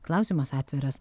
klausimas atviras